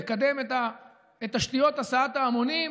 לקדם את תשתיות הסעת ההמונים,